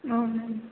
औ मेम